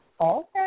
Okay